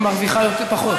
לפעמים היא תיקח את הראשון,